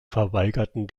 verweigerten